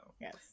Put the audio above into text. yes